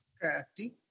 Crafty